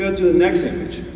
and to the next image.